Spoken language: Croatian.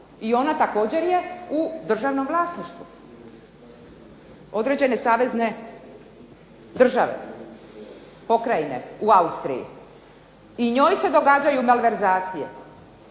I ona također je u državnom vlasništvu, određene savezne države, pokrajine u Austriji. I njoj se događaju malverzacije,